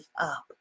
up